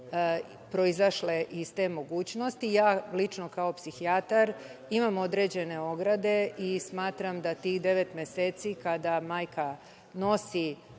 proizašle iz te mogućnosti. Ja lično, kao psihijatar, imam određene ograde i smatram da u tih devet meseci, kada majka nosi